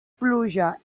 pluja